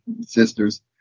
sisters